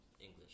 English